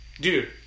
dude